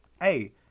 Hey